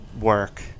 work